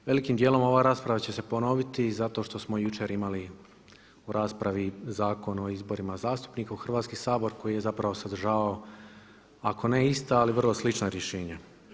Velikim dijelom ova rasprava će se ponoviti zato što smo jučer imali u raspravi Zakon o izborima zastupnika u Hrvatski sabor koji je sadržavao ako ne ista ali vrlo slična rješenja.